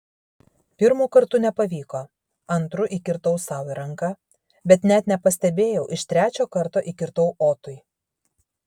pirmu kartu nepavyko antru įkirtau sau į ranką bet net nepastebėjau iš trečio karto įkirtau otui